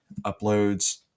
uploads